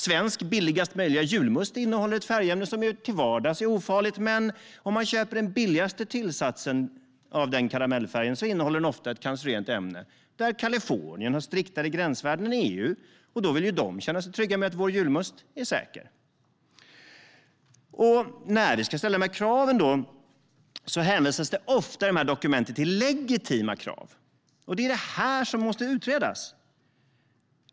Svensk julmust innehåller ett färgämne som till vardags är ofarligt, men köper man den billigaste varianten av denna karamellfärg innehåller den ett cancerogent ämne. Här har Kalifornien striktare gränsvärden än EU, och i Kalifornien vill man ju känna sig trygg med att vår julmust är säker. När vi ska ställa dessa krav hänvisas det ofta i dokumentet till legitima krav. Detta måste utredas.